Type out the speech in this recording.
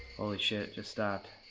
holy shit, it just stopped.